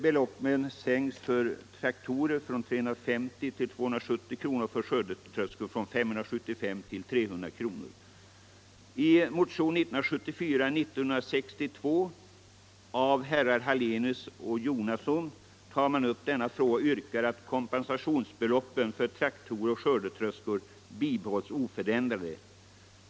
Beloppen sänks för traktorer från 350 I motionen 1962 av herrar Hallenius och Jonasson tar man upp denna fråga och yrkar att kompensationsbeloppen för traktorer och skördetröskor bibehålles oförändrade.